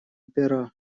пера